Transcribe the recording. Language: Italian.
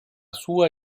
sua